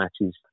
matches